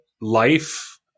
life